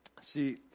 See